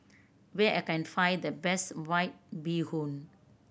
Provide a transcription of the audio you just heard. where I can find the best White Bee Hoon